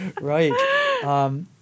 Right